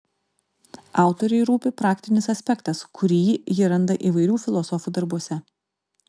autorei rūpi praktinis aspektas kurį ji randa įvairių filosofų darbuose